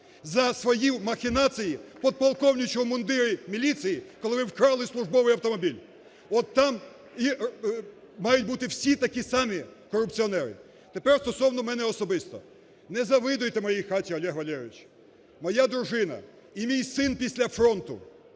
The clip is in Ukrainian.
за свої махінації у подполковничому мундирі міліції, коли ви вкрали службовий автомобіль. Отам мають бути всі такі самі корупціонери. Тепер стосовно мене особисто. Не завидуйте моїй хаті, Олег Валерійович. Моя дружина і мій син після фронту